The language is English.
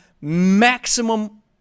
maximum